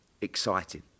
exciting